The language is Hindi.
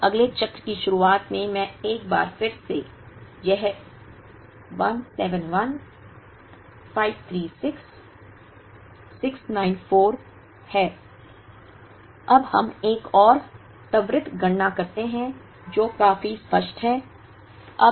अब अगले चक्र की शुरुआत में एक बार फिर से यह 171 536 694 है अब हम एक और त्वरित गणना करते हैं जो काफी स्पष्ट है